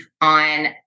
on